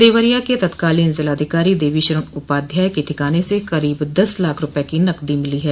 देवरिया के तत्कालीन जिलाधिकारी देवीशरण उपाध्याय के ठिकाने से करीब दस लाख रूपये की नकदी मिली है